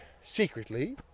secretly